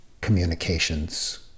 communications